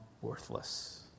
worthless